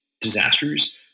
disasters